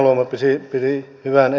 arvoisa puhemies